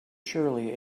surely